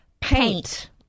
Paint